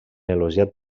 elogiat